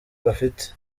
bafite